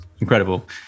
incredible